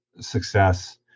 success